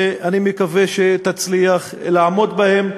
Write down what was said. ואני מקווה שתצליח לעמוד בהם,